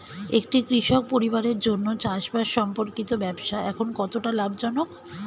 একটি কৃষক পরিবারের জন্য চাষবাষ সম্পর্কিত ব্যবসা এখন কতটা লাভজনক?